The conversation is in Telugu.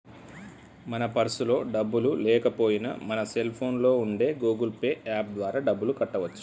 మన పర్సులో డబ్బులు లేకపోయినా మన సెల్ ఫోన్లో ఉండే గూగుల్ పే యాప్ ద్వారా డబ్బులు కట్టవచ్చు